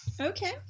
okay